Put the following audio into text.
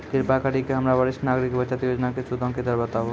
कृपा करि के हमरा वरिष्ठ नागरिक बचत योजना के सूदो के दर बताबो